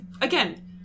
again